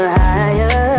higher